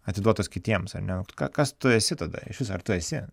atiduotos kitiems ar ne o tu ką kas tu esi tada iš viso ar tu esi